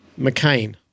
McCain